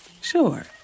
Sure